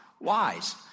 wise